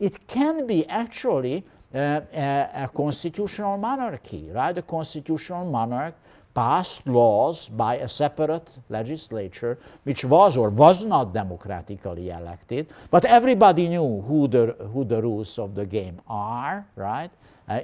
it can be actually and a constitutional monarchy. right? a constitutional monarch passed laws by a separate legislature which was or was not democratically yeah elected. but everybody knew who the who the rules of the game are right